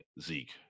zeke